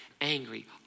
angry